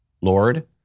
Lord